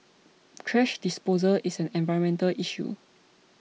thrash disposal is an environmental issue